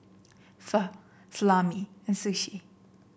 Pho Salami and Sushi